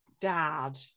dad